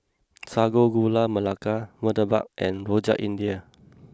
Sago Gula Melaka Murtabak and Rojak India